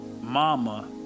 Mama